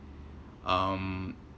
um